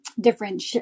different